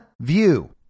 view